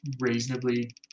reasonably